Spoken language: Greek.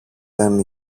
δεν